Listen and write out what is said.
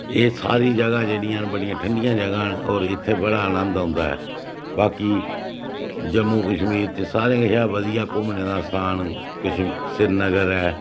एह् सारी जगह् जेह्ड़ियां न बड़ी ठंडियां जगह् न होर इत्थें बड़ा आनंद औंदा ऐ बाकी जम्मू कश्मीर च सारे कशा बधियै घूमने दा स्थान कश्मी श्रीनगर ऐ